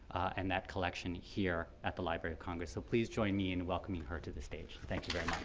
and that collection here at the library of congress. so please join me in welcoming her to the stage. thank you very